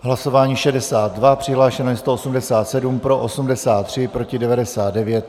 V hlasování 62 přihlášeno 187, pro 83, proti 99.